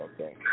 Okay